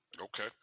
Okay